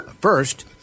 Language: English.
First